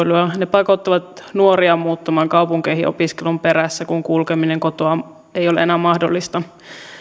lisäävät yksityisautoilua ne pakottavat nuoria muuttamaan kaupunkeihin opiskelun perässä kun kulkeminen kotoa ei ole enää mahdollista